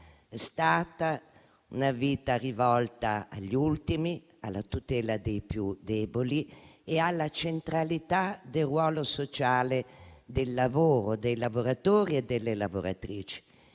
vita è stato rivolto agli ultimi, alla tutela dei più deboli e alla centralità del ruolo sociale del lavoro, dei lavoratori e delle lavoratrici.